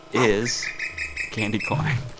is candy corn